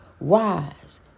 Rise